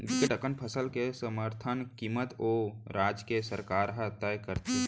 बिकट अकन फसल के समरथन कीमत ओ राज के सरकार ह तय करथे